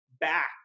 back